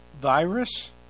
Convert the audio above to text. virus